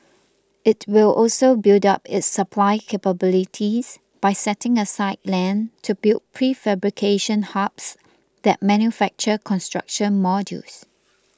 it will also build up its supply capabilities by setting aside land to build prefabrication hubs that manufacture construction modules